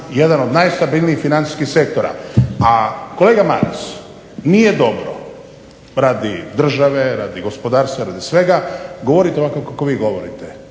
jedan od najstabilnijih financijskih sektora. A kolega Maras nije dobro radi države, radi gospodarstva, radi svega govoriti ovako kako vi govorite.